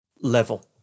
level